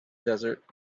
desert